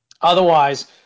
Otherwise